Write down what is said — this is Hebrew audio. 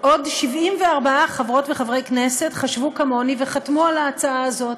עוד 74 חברות וחברי כנסת חשבו כמוני וחתמו על ההצעה הזאת.